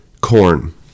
Corn